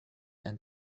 and